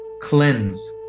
cleanse